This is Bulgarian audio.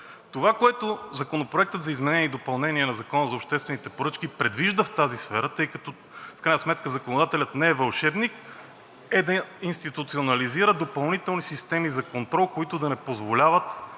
Това, което Законопроектът за изменение на Закона за обществени поръчки предвижда в тази сфера, тъй като в крайна сметка законодателят не е вълшебник, е да институционализира допълнителни системи за контрол, които да не позволяват